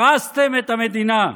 הרסתם את המדינה.